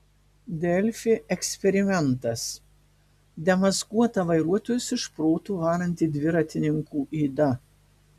delfi eksperimentas demaskuota vairuotojus iš proto varanti dviratininkų yda